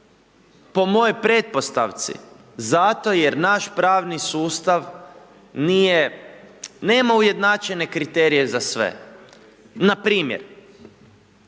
po mojoj pretpostavci, zato jer naš pravni sustav nije, nema ujednačene kriterije za sve. Npr.